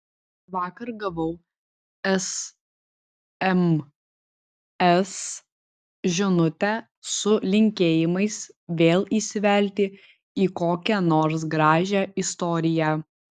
vakar gavau sms žinutę su linkėjimais vėl įsivelti į kokią nors gražią istoriją